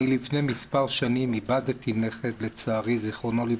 לפני מספר שנים איבדתי נכד לצערי ז"ל,